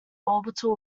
orbital